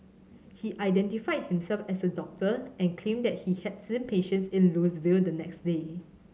he identified himself as a doctor and claimed that he had see patients in Louisville the next day